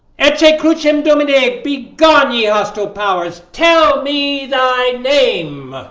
and say crucem domini begone. ye hostile powers. tell me i named